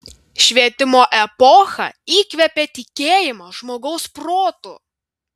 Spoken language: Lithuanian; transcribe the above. švietimo epocha įkvėpė tikėjimą žmogaus protu